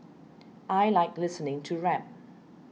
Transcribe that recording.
I like listening to rap